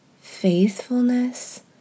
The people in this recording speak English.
faithfulness